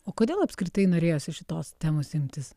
o kodėl apskritai norėjosi šitos temos imtis